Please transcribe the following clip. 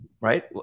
Right